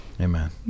Amen